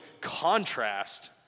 contrast